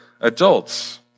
adults